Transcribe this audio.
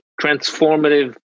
transformative